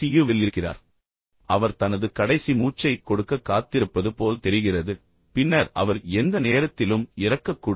யுவில் இருக்கிறார் என்ற உண்மை அவர் தனது கடைசி மூச்சைக் கொடுக்கக் காத்திருப்பது போல் தெரிகிறது பின்னர் அவர் எந்த நேரத்திலும் இறக்கக்கூடும்